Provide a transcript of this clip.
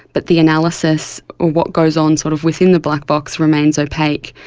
but the analysis or what goes on sort of within the black box remains opaque.